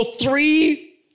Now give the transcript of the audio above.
three